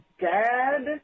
dad